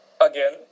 Again